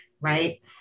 right